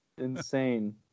insane